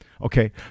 Okay